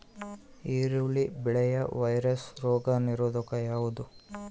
ಈರುಳ್ಳಿ ಬೆಳೆಯ ವೈರಸ್ ರೋಗ ನಿರೋಧಕ ಯಾವುದು?